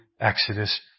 Exodus